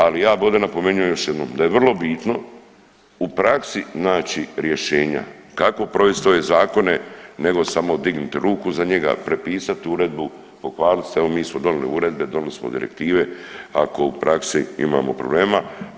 Ali ja bi ovdje napomenuo još jednom da je vrlo bitno u praksi naći rješenja kako provest ove zakone nego samo dignut ruku za njega, prepisat uredbu, pohvalit se evo mi smo donili uredbe, donili smo direktive ako u praksi imamo problema.